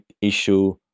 issue